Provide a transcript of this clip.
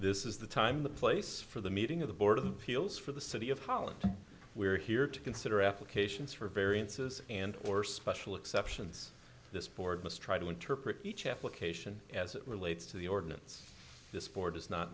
this is the time the place for the meeting of the board of the fields for the city of holland we are here to consider applications for variances and or special exceptions this board must try to interpret each application as it relates to the ordinance this board is not